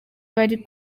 bari